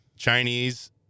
Chinese